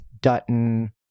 Dutton